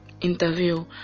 interview